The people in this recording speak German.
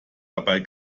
dabei